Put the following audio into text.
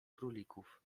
królików